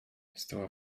stała